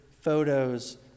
photos